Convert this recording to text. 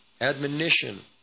admonition